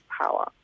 power